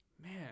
man